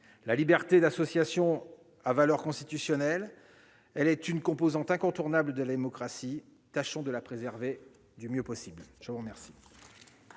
La liberté d'association a valeur constitutionnelle ; elle est une composante incontournable de la démocratie. Tâchons de la préserver du mieux possible. La parole